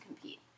compete